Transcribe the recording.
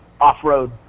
off-road